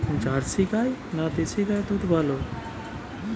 Jersey গাই না দেশী গাইয়ের দুধ ভালো?